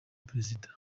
perezida